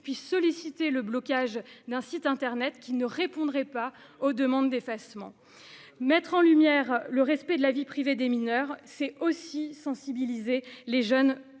puisse solliciter le blocage d'un site internet qui ne répondrait pas aux demandes d'effacement. Très bien ! Mettre en lumière le respect de la vie privée des mineurs, c'est aussi sensibiliser les jeunes